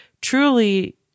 truly